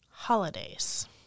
Holidays